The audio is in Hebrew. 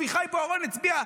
ואביחי בוארון הצביע,